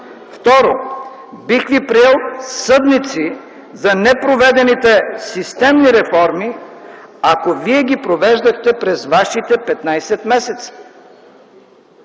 Второ, бих ви приел съдници за непроведените системни реформи, ако вие ги провеждахте през вашите 15 месеца,